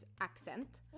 accent